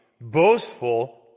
boastful